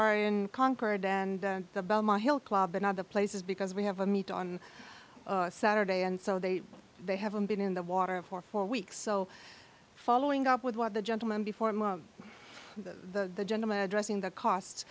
are in concord and the belmont hill club and other places because we have a meet on saturday and so they they haven't been in the water for four weeks so following up with what the gentleman before the gentleman addressing the cost